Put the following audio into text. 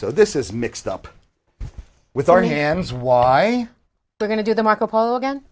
so this is mixed up with our hands why we're going to do the marco polo again